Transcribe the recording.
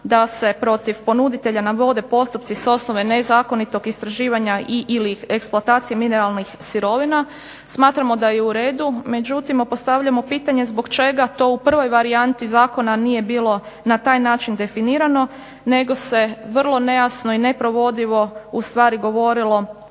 da se protiv ponuditelja navedi postupci s osnove nezakonitog istraživanja i ili eksploatacije mineralnih sirovina, smatramo da je uredu. Međutim, postavljamo pitanje zbog čega to u prvoj varijanti zakona nije bilo na taj način definirano nego se na vrlo nejasan način i vrlo neprovodljivo ustvari govorilo